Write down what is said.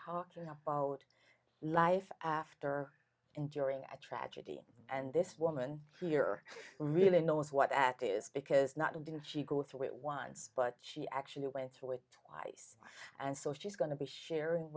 talking about life after enduring a tragedy and this woman here really knows what that is because not didn't she go through it once but she actually went through with twice and so she's going to be sharing